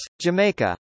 Jamaica